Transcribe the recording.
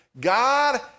God